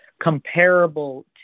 comparable